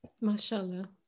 Mashallah